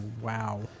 wow